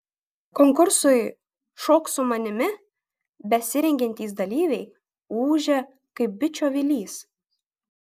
konkursui šok su manimi besirengiantys dalyviai ūžia kaip bičių avilys